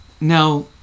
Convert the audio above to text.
Now